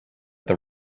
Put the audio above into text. the